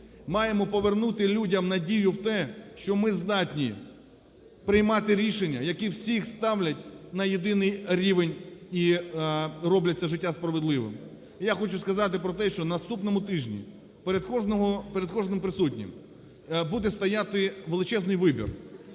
маємо повернути людям надію в те, що ми здатні приймати рішення, які всіх ставлять на єдиний рівень і роблять це життя справедливим. І я хочу сказати про те, що на наступному тижні перед кожним присутнім буде стояти величезний вибір,